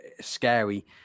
scary